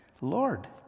Lord